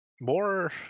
More